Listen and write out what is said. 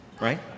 right